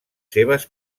seves